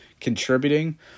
contributing